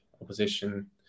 opposition